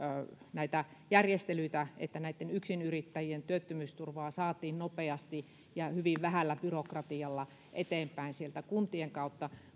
näitä järjestelyitä että yksinyrittäjien työttömyysturvaa saatiin nopeasti ja hyvin vähällä byrokratialla eteenpäin sieltä kuntien kautta